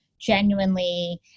genuinely